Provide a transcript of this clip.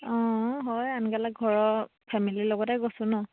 অঁ হয় আনকালে ঘৰৰ ফেমিলিৰ লগতে গৈছোঁ ন